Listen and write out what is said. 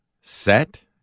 set